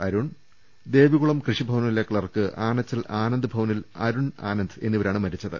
അരുൺ ദേവികുളം കൃഷിഭവനിലെ ക്ലാർക്ക് ആനച്ചൽ ആനന്ദ് ഭവനിൽ അരുൺ ആനന്ദ് എന്നിവരാണ് മരിച്ചത്